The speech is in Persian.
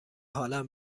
حالم